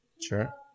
sure